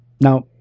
Now